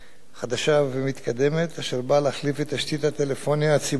אשר באה להחליף את תשתית הטלפוניה הציבורית הקיימת היום בשירות בתי-הסוהר.